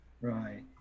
Right